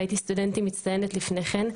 והייתי סטודנטית מצטיינת לפני כן,